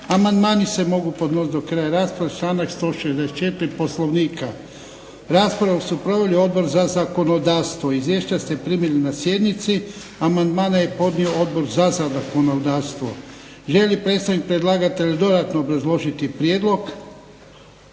Amandmani se mogu podnositi do kraja rasprave članak 164. Poslovnika. Raspravu su proveli Odbor za zakonodavstvo. Izvješća ste primili na sjednici. Amandmane je podnio Odbor za zakonodavstvo. Želi li predstavnik predlagatelja dodatno obrazložiti prijedlog?